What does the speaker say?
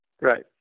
Right